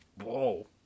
Whoa